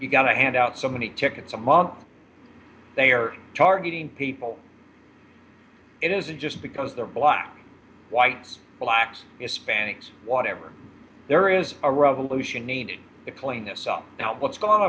you gotta hand out so many tickets a month they are targeting people it isn't just because they're black whites blacks hispanics whatever there is a revolution need to clean this up now what's gone on